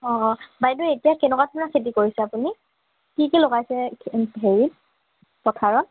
অঁ বাইদেউ এতিয়া কেনেকুৱা ধৰণৰ খেতি কৰিছে আপুনি কি কি লগাইছে হেৰি পথাৰত